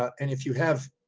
and if you have,